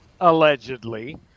allegedly